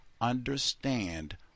understand